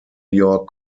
york